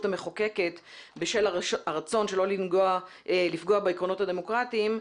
המחוקקת בשל הרצון שלא לפגוע בעקרונות הדמוקרטיים,